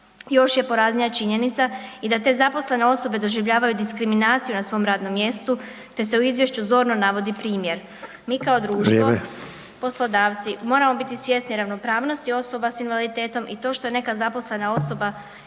Još je poraznija činjenica i da te zaposlene osobe doživljavaju diskriminaciju na svom radnom mjestu te se u izvješću zorno navodi primjer. Mi kao društvo, … …/Upadica Sanader: Vrijeme./… … poslodavci, moramo biti svjesni ravnopravnosti osoba sa invaliditetom i to što je neka zaposlena osoba